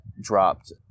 dropped